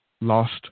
lost